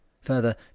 Further